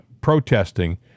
protesting